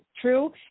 true